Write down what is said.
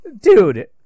Dude